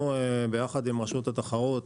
אנחנו ביחד עם רשות התחרות.